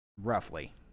Roughly